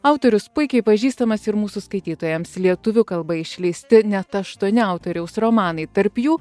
autorius puikiai pažįstamas ir mūsų skaitytojams lietuvių kalba išleisti net aštuoni autoriaus romanai tarp jų